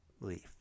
leaf